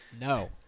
No